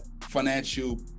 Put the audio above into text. financial